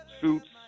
suits